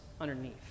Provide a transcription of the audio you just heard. underneath